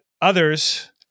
others